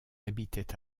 habitaient